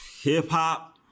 Hip-hop